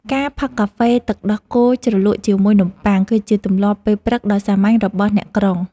ការផឹកកាហ្វេទឹកដោះគោជ្រលក់ជាមួយនំបុ័ង គឺជាទម្លាប់ពេលព្រឹកដ៏សាមញ្ញរបស់អ្នកក្រុង។